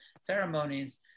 ceremonies